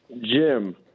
Jim